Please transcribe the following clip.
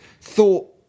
thought